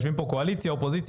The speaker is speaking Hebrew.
יושבים פה קואליציה ואופוזיציה.